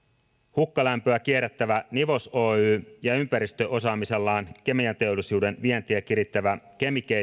hukkalämpöä kierrättävä nivos oy ja ympäristöosaamisellaan kemianteollisuuden vientiä kirittävä chemigate